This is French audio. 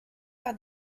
par